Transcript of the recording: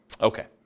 Okay